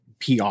PR